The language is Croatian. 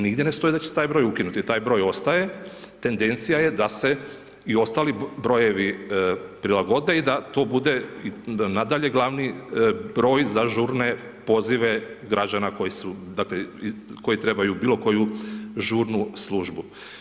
Nigdje ne stoji da će se taj broj ukinuti, taj broj ostaje, tendencija je da se i ostali brojevi prilagode i da to bude nadalje glavni broj za žurne pozive građana koji trebaju bilo koju žurnu službu.